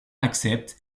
accepte